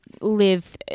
live